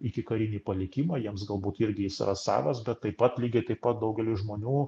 ikikarinį palikimą jiems galbūt irgi jis yra savas bet taip pat lygiai taip pat daugeliui žmonių